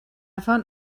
found